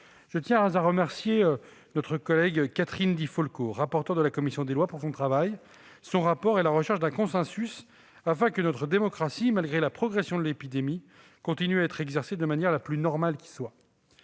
Je tiens à remercier notre collègue Catherine Di Folco, rapporteur de la commission des lois, de son travail, de son rapport et de sa volonté de parvenir à un consensus afin que notre démocratie, malgré la progression de l'épidémie, continue de s'exercer de la manière la plus normale qui soit.